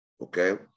okay